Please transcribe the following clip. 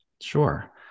sure